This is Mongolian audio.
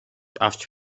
авч